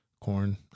corn